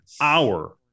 hour